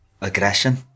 aggression